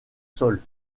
sols